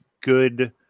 good